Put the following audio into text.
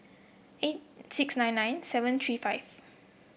eight six nine nine seven three five